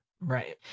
Right